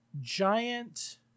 giant